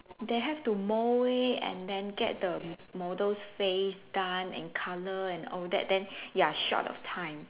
they have to mold it and then get the model's face done and colour and all that then ya short of time